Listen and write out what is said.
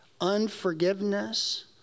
Unforgiveness